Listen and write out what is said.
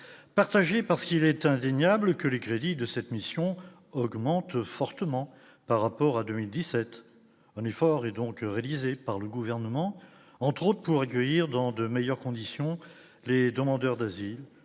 partagée parce qu'il est indéniable que les crédits de cette mission augmente fortement par rapport à 2017 on est fort et donc réalisé par le gouvernement, entre autres, pour accueillir dans de meilleures conditions, les demandeurs d'asile